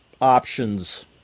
options